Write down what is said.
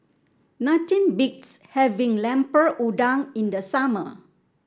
nothing beats having Lemper Udang in the summer